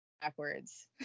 backwards